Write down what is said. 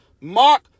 Mark